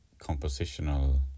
compositional